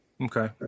Okay